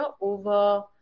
over